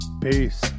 Peace